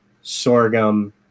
sorghum